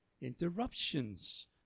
interruptions